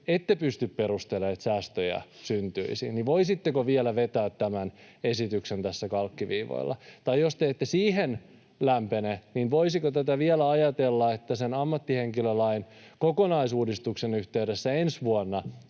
ette pysty perustelemaan, että säästöjä syntyisi, vielä vetää tämän esityksen tässä kalkkiviivoilla? Tai jos te ette siihen lämpene, niin voisiko vielä ajatella, että sen ammattihenkilölain kokonaisuudistuksen yhteydessä ensi vuonna